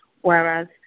whereas